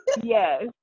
Yes